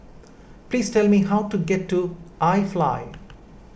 please tell me how to get to iFly